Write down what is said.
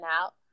out